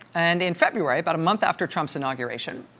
and in february, about a month after trump's inauguration,